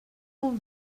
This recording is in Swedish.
och